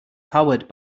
powered